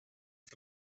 for